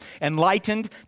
Enlightened